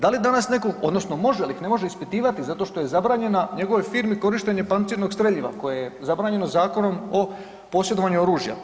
Da li danas neko, odnosno može li ih, ne može ispitivati zato što je zabranjena njegovoj firmi korištenje pancirnog streljiva koje je zabranjeno Zakonom o posjedovanju oružja.